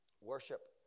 Worship